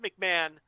McMahon